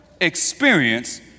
experience